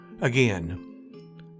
Again